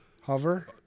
Hover